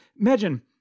Imagine